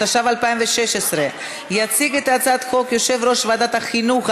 התשע"ו 2016. יציג את הצעת החוק יושב-ראש ועדת החינוך,